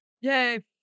Yay